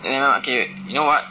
then nevermind you know what